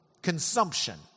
Consumption